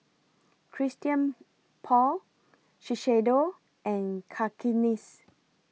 Christian Paul Shiseido and Cakenis